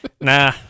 nah